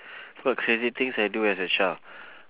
what crazy things I do as a child